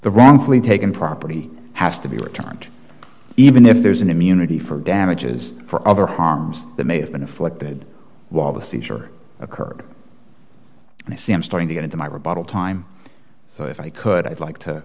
the wrongfully taken property has to be returned even if there's an immunity for damages for other harms that may have been afflicted while the seizure occurred and i see i'm starting to get into my rebuttal time so if i could i'd like to